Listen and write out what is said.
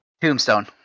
Tombstone